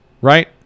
right